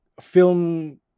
film